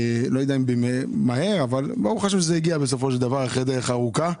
לא יודע אם מהר אבל ברוך השם שזה הגיע בסופו של דבר אחרי דרך ארוכה.